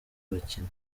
bakina